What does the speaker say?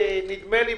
נדמה לי,